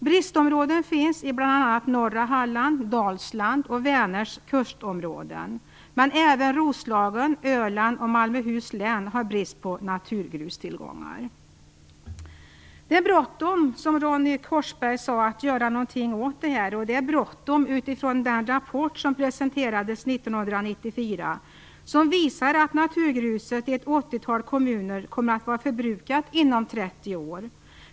Bristområden finns i bl.a. norra Halland, Dalsland och Vänerns kustområden, men även Roslagen, Öland och Malmöhus län har brist på naturgrustillgångar. Det är bråttom, som Ronny Korsberg sade, att göra någonting åt det här. En rapport som presenterades 1994 visar att naturgruset i ett 80-tal kommuner kommer att vara förbrukat inom 30 år.